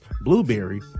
Blueberry